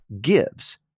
gives